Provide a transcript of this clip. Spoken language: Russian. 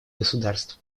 государств